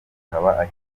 akaba